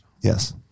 Yes